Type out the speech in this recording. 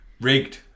Rigged